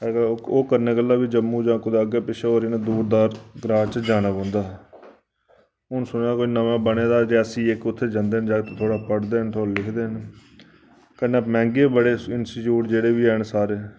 अजकल ओह् करने गल्ला जम्मू जां कुतै अग्गें पिच्छें जां कोई दूर दा दराज च जाना पौंदा हा हून सुने दा कोई नमां बने दा रियासी इक उत्थै जंदे न जागत थोह्ड़ा पढ़दे न थोह्ड़ा लिखदे न कन्नै मैह्ंगे बी बड़े इंस्टी इंस्टीट्यूट जेह्ड़े बी हैन